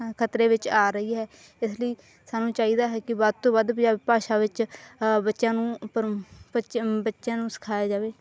ਖਤਰੇ ਵਿੱਚ ਆ ਰਹੀ ਹੈ ਇਸ ਲਈ ਸਾਨੂੰ ਚਾਹੀਦਾ ਹੈ ਕਿ ਵੱਧ ਤੋਂ ਵੱਧ ਪੰਜਾਬੀ ਭਾਸ਼ਾ ਵਿੱਚ ਬੱਚਿਆਂ ਨੂੰ ਉੱਪਰ ਬੱਚੇ ਬੱਚਿਆਂ ਨੂੰ ਸਿਖਾਇਆ ਜਾਵੇ